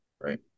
right